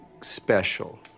special